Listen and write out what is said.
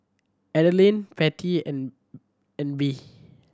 Adeline Patty and and Bea